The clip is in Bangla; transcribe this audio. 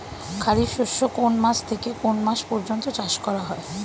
খারিফ শস্য কোন মাস থেকে কোন মাস পর্যন্ত চাষ করা হয়?